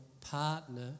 partner